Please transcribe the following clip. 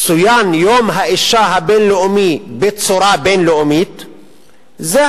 שיום האשה הבין-לאומי צוין בצורה בין-לאומיתב-8 במרס,